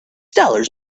dollars